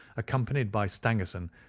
accompanied by stangerson,